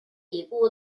礼部